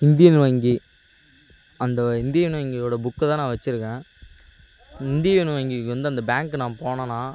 Indian வங்கி அந்த Indian வங்கியோட புக்கை தான் நான் வச்சிருக்கேன் இந்தியன் வங்கிக்கு வந்து அந்த பேங்க் நான் போனேன்னா